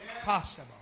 possible